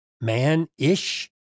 man-ish